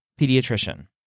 pediatrician